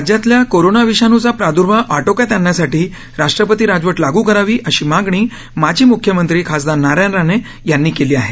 राज्यातला कोरोना विषाणूचा प्राद्भाव आटोक्यात आणण्यासाठी राष्ट्रपती राजवट लागू करावी अशी मागणी माजी मुख्यमंत्री खासदार नारायण राणे यांनी केली आहे